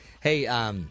Hey